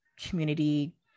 community